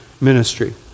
ministry